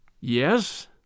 Yes